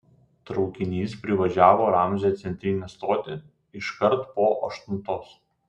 traukinys privažiavo ramzio centrinę stotį iškart po aštuntos